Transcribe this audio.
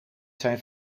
zijn